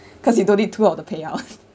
cause you don't need throughout the payout